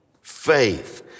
Faith